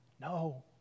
No